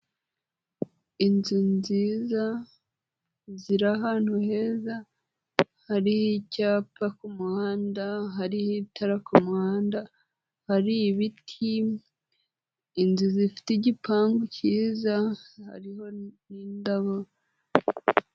Inzu nziza ziri ahantu heza, hari icyapa ku muhanda, hariho itara ku muhanda, hari ibiti, inzu zifite igipangu cyiza hariho n'indabo.